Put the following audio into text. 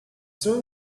soon